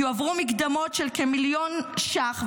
כי הועברו מקדמות של כמיליון ש"ח,